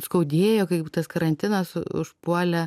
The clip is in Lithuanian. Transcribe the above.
skaudėjo kai tas karantinas užpuolė